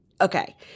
Okay